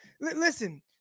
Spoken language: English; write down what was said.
Listen